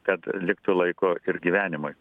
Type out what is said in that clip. kad liktų laiko ir gyvenimui